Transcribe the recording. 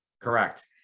Correct